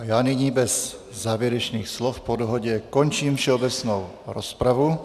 Já nyní bez závěrečných slov po dohodě končím všeobecnou rozpravu.